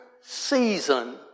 season